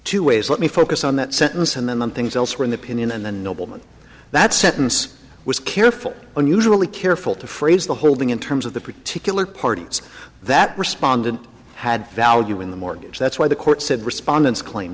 two ways let me focus on that sentence and then the things elsewhere in the pinion and the nobleman that sentence was careful and usually careful to phrase the holding in terms of the particular parties that respondent had value in the mortgage that's why the court said respondents claim